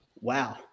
Wow